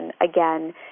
Again